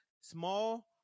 small